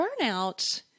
burnout